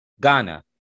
Ghana